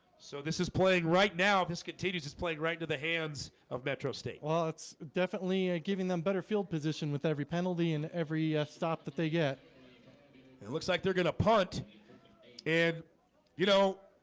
so this is playing right now if his contagious is playing right into the hands of metro state well, it's definitely giving them better field position with every penalty and every stop that they get it looks like they're gonna punt and you know,